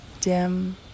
dim